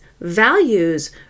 Values